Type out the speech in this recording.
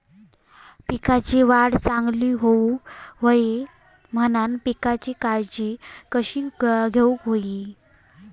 पिकाची वाढ चांगली होऊक होई म्हणान पिकाची काळजी कशी घेऊक होई?